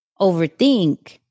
overthink